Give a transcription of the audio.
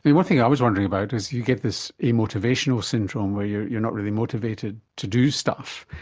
but one thing i was wondering about is you get this amotivational syndrome where you you are not really motivated to do stuff,